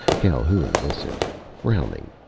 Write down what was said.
calhoun listened, frowning,